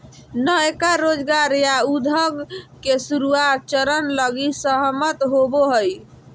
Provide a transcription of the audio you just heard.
नयका रोजगार या उद्यम के शुरुआत चरण लगी सहमत होवो हइ